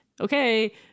okay